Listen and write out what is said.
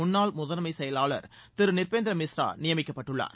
முன்னாள் முதன்மை செயலாளர் திரு நிர்பேந்திர மிஸ்ரா நியமிக்கப்பட்டுள்ளார்